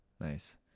Nice